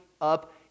up